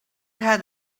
had